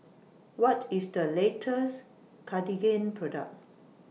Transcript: What IS The latest Cartigain Product